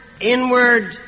inward